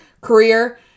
career